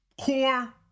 core